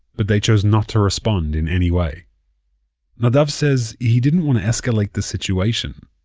but they chose not to respond in any way nadav says he didn't want to escalate the situation.